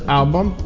album